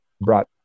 brought